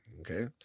Okay